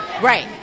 Right